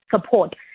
support